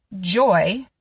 joy